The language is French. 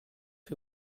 que